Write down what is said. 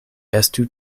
estu